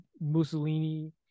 Mussolini